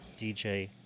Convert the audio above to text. DJ